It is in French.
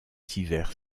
hivers